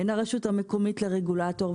בין הרשות המקומית לרגולטור,